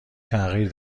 تغییر